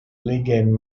ligand